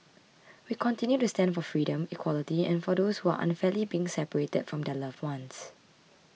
we continue to stand for freedom equality and for those who are unfairly being separated from their loved ones